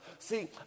See